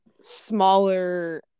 smaller –